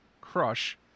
Crush